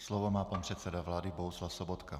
Slovo má pan předseda vlády Bohuslav Sobotka.